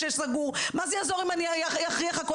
מה יעזור אם אני אכריח בפרגולה?